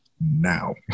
now